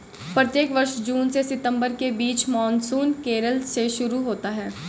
प्रत्येक वर्ष जून से सितंबर के बीच मानसून केरल से शुरू होता है